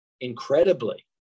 incredibly